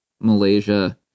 malaysia